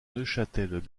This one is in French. neuchâtel